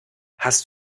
hast